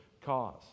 cause